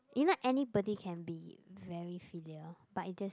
you know anybody can be very filial but is just